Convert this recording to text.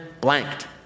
blanked